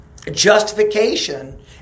justification